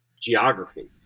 geography